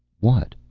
what?